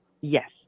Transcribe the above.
Yes